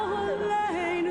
בוקר טוב